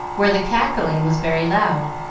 where the cackling was very loud,